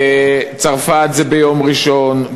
בצרפת זה ביום ראשון,